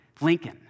Lincoln